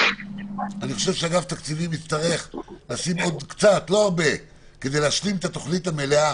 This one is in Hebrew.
אני חושב שאגף תקציבים יצטרך לשים עוד קצת כדי להשלים את התוכנית המלאה